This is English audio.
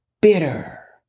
Bitter